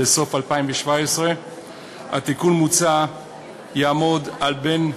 לסוף 2017. התיקון המוצע יהיה בין,